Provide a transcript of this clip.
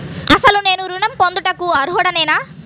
అసలు నేను ఋణం పొందుటకు అర్హుడనేన?